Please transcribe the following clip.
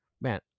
Man